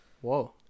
Whoa